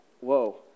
whoa